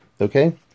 Okay